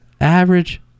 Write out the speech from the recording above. Average